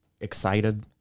excited